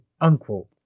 unquote